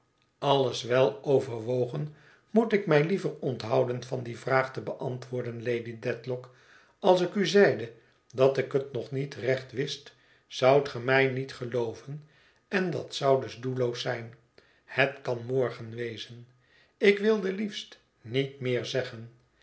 alles wel overwogen moet ik mij liever onthouden van die vraag te beantwoorden lady dedlock als ik u zeide dat ik het nog niet recht wist zoudt ge mij niet gelooven en dat zou dus doelloos zijn het kan morgen wezen ik wilde liefst niet meer zeggen